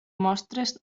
mostres